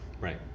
right